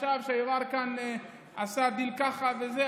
חשב שיברקן עשה דיל ככה וזה,